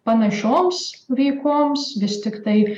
panašioms veikoms vis tiktai